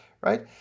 Right